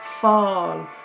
fall